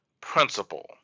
principle